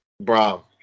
Bro